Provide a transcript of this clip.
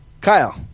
Kyle